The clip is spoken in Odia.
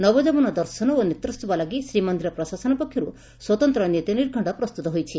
ନବଯୌବନ ଦର୍ଶନ ଓ ନେତ୍ରୋସ୍ବ ଲାଗି ଶ୍ରୀମନ୍ଦିର ପ୍ରଶାସନ ପକ୍ଷରୁ ସ୍ୱତନ୍ତ ନୀତି ନିର୍ଘକ୍କ ପ୍ରସ୍ତୁତ ହୋଇଛି